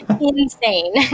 insane